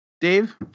dave